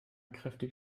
kräftig